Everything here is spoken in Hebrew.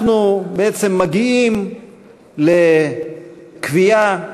אנחנו מגיעים לקביעה,